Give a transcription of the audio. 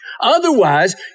Otherwise